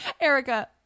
Erica